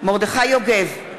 מרדכי יוגב,